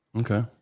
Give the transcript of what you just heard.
Okay